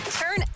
Turn